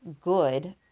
good